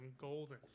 golden